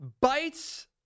bites